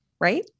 right